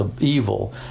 evil